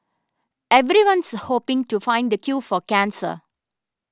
everyone's hoping to find the cure for cancer